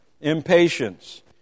Impatience